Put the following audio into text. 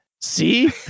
see